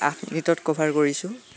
আঠ মিনিটত কভাৰ কৰিছোঁ